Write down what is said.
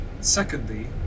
secondly